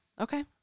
Okay